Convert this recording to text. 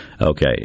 Okay